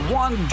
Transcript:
one